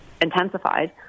intensified